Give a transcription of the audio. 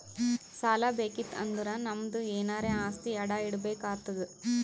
ಸಾಲಾ ಬೇಕಿತ್ತು ಅಂದುರ್ ನಮ್ದು ಎನಾರೇ ಆಸ್ತಿ ಅಡಾ ಇಡ್ಬೇಕ್ ಆತ್ತುದ್